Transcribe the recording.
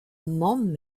mamm